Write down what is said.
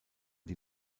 die